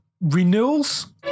Renewals